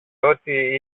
ότι